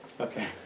okay